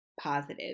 positive